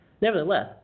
Nevertheless